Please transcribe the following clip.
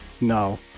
no